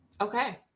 Okay